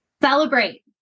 Celebrate